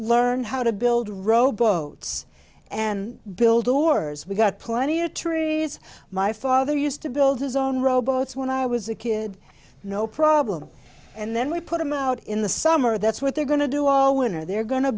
learn how to build rowboat and build oars we've got plenty of trees my father used to build his own robots when i was a kid no problem and then we put them out in the summer that's what they're going to do all winter they're go